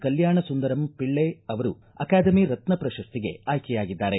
ಕಲ್ಹಾಣ ಸುದರಂ ಪಿಳ್ಳೆ ಅವರು ಅಕಾದೆಮಿ ರತ್ನ ಪ್ರಶಸ್ತಿಗೆ ಆಯ್ಕೆಯಾಗಿದ್ದಾರೆ